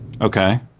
Okay